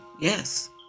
Yes